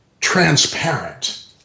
transparent